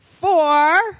four